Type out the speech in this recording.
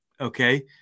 Okay